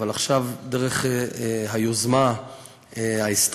אבל עכשיו דרך היוזמה האסטרטגית,